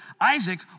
Isaac